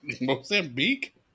Mozambique